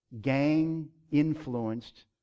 gang-influenced